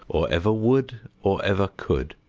or ever would, or ever could.